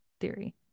Theory